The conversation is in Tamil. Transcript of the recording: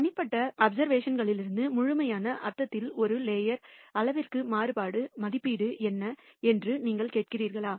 தனிப்பட்ட அப்சர்வேஷன்களிலிருந்து முழுமையான அர்த்தத்தில் இருந்து லோயர் அளவிற்கு மாறுபடும் மதிப்பீடு என்ன என்று நீங்கள் கேட்கிறீர்களா